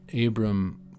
Abram